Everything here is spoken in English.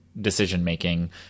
decision-making